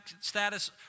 status